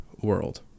world